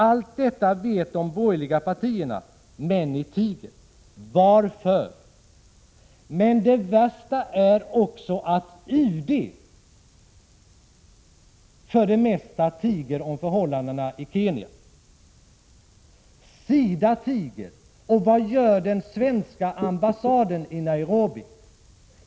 Allt detta känner de borgerliga partierna i Sverige till. Ändå tiger de. Varför? Men det värsta är att också UD för det mesta tiger om förhållandena i Kenya. Även SIDA tiger. Och vad gör den svenska ambassaden i Nairobi?